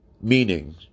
Meaning